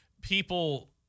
people—